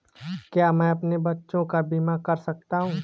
क्या मैं अपने बच्चों का बीमा करा सकता हूँ?